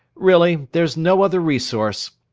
really there's no other resource.